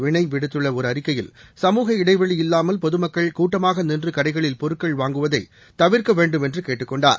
வினய் விடுத்துள்ள ஒரு அறிக்கையில் சமூக இடைவெளி இல்லாமல் பொதுமக்கள் கூட்டமாக நின்று கடைகளில் பொருட்கள் வாங்குவதை தவிர்க்க வேண்டும் என்று கேட்டுக் கொண்டார்